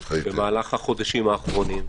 במהלך החודשים האחרונים,